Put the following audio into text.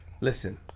Listen